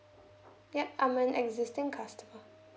yup I'm an existing customer